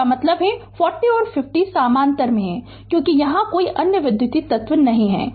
इसका मतलब है 40 और 50 समानांतर में क्योंकि यहां कोई अन्य विद्युत तत्व नहीं है